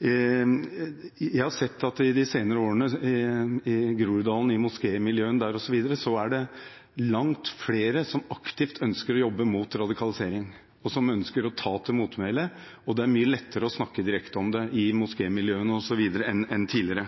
Jeg har sett at i de senere årene i Groruddalen, i moskémiljøene der osv., er det langt flere som aktivt ønsker å jobbe mot radikalisering, og som ønsker å ta til motmæle, og det er mye lettere å snakke direkte om det i moskémiljøene osv. enn tidligere.